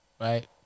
Right